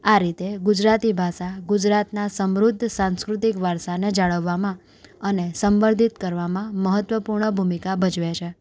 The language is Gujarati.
આ રીતે ગુજરાતી ભાષા ગુજરાતના સમૃદ્ધ સાંસ્કૃતિક વારસાને જાળવવામાં અને સંવર્ધિત કરવામાં મહત્વપૂર્ણ ભૂમિકા ભજવે છે